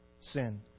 sin